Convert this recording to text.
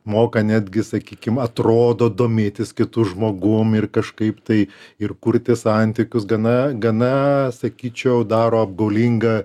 moka netgi sakykim atrodo domėtis kitu žmogum ir kažkaip tai ir kurti santykius gana gana sakyčiau daro apgaulingą